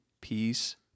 peace